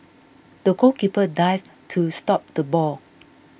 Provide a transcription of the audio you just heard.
the goalkeeper dived to stop the ball